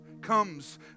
comes